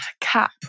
cap